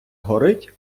горить